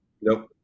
Nope